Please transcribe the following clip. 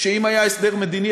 שאם היה הסדר מדיני,